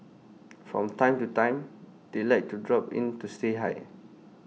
from time to time they like to drop in to say hi